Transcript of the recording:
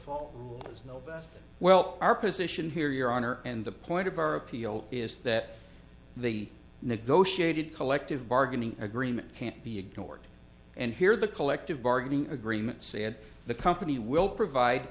no well our position here your honor and the point of our appeal is that the negotiated collective bargaining agreement can't be ignored and here the collective bargaining agreement said the company will provide